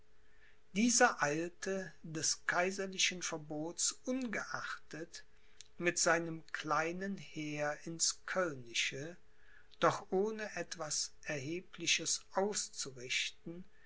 dieser eilte des kaiserlichen verbots ungeachtet mit seinem kleinen heer ins kölnische doch ohne etwas erhebliches auszurichten